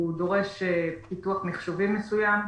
הוא דורש פיתוח מחשובי מסוים,